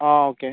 okay